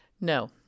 No